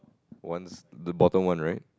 one's the bottom one right